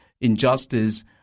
injustice